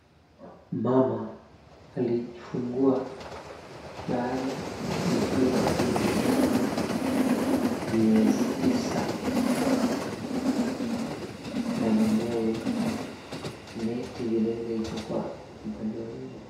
Mama alijifungua baada ya kubeba ujauzito kwa miezi tisa na mumewe. Neti vilevile iko kwa upande wa nyuma.